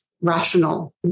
rational